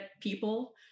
people